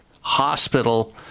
hospital